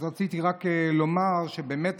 אז רציתי רק לומר שבאמת,